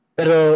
Pero